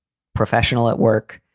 professional at work.